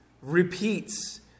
repeats